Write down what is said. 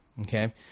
okay